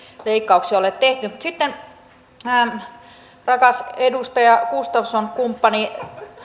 leikkauksia ole tehty sitten rakas edustaja gustafsson kumppani